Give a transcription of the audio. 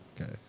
Okay